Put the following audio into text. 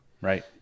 right